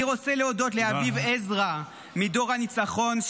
אני רוצה להודות לאביב עזרא מדור הניצחון,